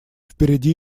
впереди